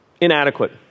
inadequate